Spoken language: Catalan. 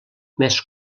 més